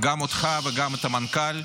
גם אותך וגם את המנכ"ל,